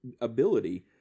ability